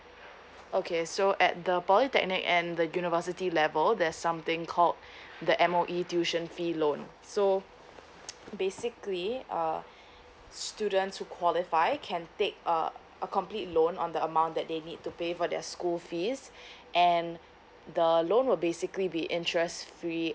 okay so at the polytechnic and the university level there's something called the M_O_E tuition fee loan so basically uh students to qualify can take uh a complete loan on the amount that they need to pay for their school fees and the loan will basically be interest free